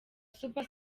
super